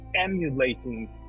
emulating